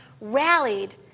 rallied